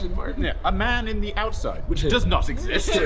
and mark? and yeah a man in the outside, which does not exist!